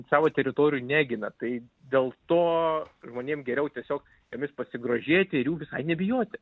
savo teritorijų negina tai dėl to žmonėm geriau tiesiog jomis pasigrožėti ir jų visai nebijoti